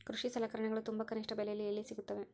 ಕೃಷಿ ಸಲಕರಣಿಗಳು ತುಂಬಾ ಕನಿಷ್ಠ ಬೆಲೆಯಲ್ಲಿ ಎಲ್ಲಿ ಸಿಗುತ್ತವೆ?